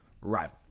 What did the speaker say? rival